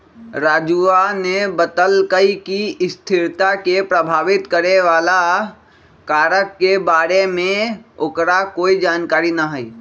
राजूवा ने बतल कई कि स्थिरता के प्रभावित करे वाला कारक के बारे में ओकरा कोई जानकारी ना हई